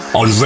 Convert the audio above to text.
on